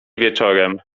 wieczorem